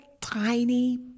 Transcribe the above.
tiny